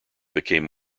became